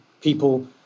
people